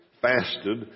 fasted